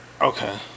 Okay